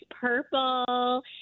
purple